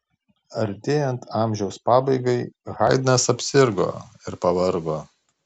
artėjant amžiaus pabaigai haidnas apsirgo ir pavargo